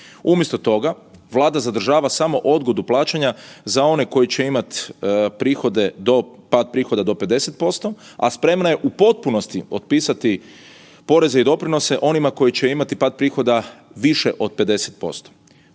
Umjesto toga Vlada zadržava samo odgodu plaćanja za one koji će imati prihode do, pad prihoda do 50%, a spremna je u potpunosti otpisati poreze i doprinose onima koji će imati pad prihoda više od 50%.